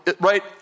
right